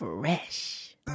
Fresh